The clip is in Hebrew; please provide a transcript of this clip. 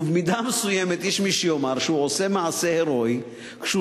במידה מסוימת יש מי שיאמר שהוא עושה מעשה הירואי כשהוא